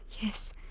Yes